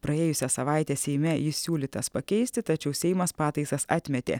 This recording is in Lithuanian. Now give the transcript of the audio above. praėjusią savaitę seime jis siūlytas pakeisti tačiau seimas pataisas atmetė